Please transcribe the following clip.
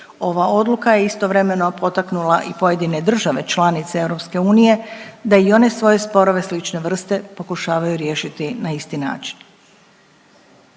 Ova odluka je istovremeno potaknula i pojedine države članice EU da i one svoje sporove slične vrste pokušavaju riješiti na isti način.